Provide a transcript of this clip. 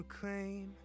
claim